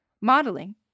Modeling